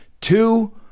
two